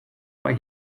why